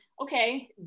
okay